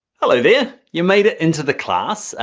hello there, you made it into the class.